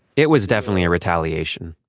it was definitely a retaliation,